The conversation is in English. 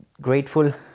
grateful